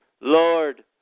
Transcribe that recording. Lord